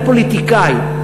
אני פוליטיקאי,